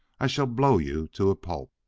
i shall blow you to a pulp!